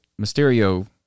Mysterio